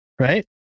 Right